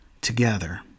together